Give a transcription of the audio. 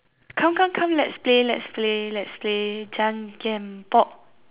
come come come let's play let's play let's play